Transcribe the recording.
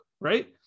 right